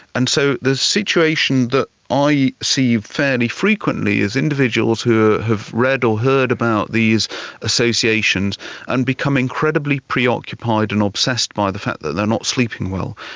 and so the situation that i see fairly frequently is individuals who have read or heard about these associations and become incredibly preoccupied and obsessed by the fact that they are not sleeping well,